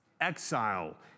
Exile